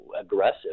aggressive